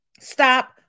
Stop